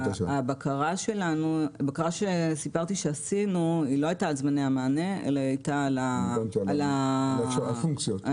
הבקרה שסיפרתי שעשינו לא הייתה על זמני המענה אלא על עצם העמידה